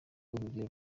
urugero